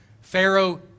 Pharaoh